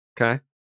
Okay